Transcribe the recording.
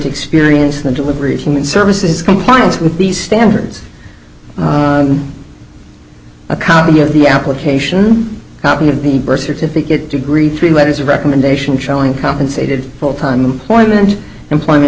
experience in the delivery of human services compliance with the standards a copy of the application copy of the birth certificate degree three letters of recommendation showing compensated full time employment employment